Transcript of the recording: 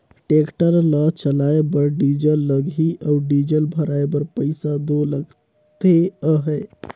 tractor ल चलाए बर डीजल लगही अउ डीजल भराए बर पइसा दो लगते अहे